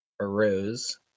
arose